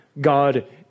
God